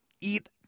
eat